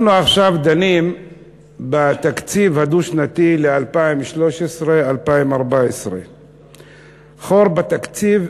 אנחנו עכשיו דנים בתקציב הדו-שנתי ל-2013 2014. חור בתקציב,